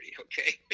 okay